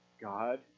God